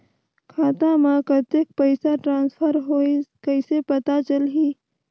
खाता म कतेक पइसा ट्रांसफर होईस कइसे पता चलही?